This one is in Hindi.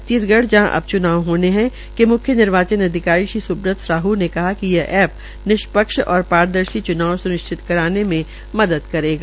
छत्तीसगढ़ जहां अब च्नाव होने है के म्ख्य अधिकारी श्री स्ब्रत साह ने कहा कि यह ऐप निष्पक्ष और पारदर्शी च्नाव स्निश्चित कराने के मदद करेगा